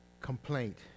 complaint